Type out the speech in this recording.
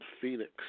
Phoenix